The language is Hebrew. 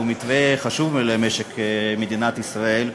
שהוא מתווה חשוב למשק מדינת ישראל,